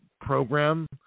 program